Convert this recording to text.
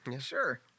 Sure